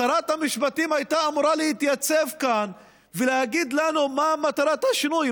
שרת המשפטים הייתה אמורה להתייצב כאן ולהגיד לנו מה מטרת השינוי,